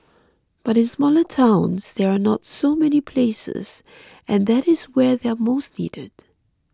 but in smaller towns there are not so many places and that is where they are most needed